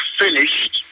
finished